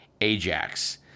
Ajax